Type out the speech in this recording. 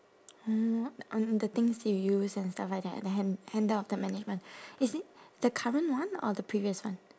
um the things you use and stuff like that ah the hand~ handle of the management is it the current one or the previous one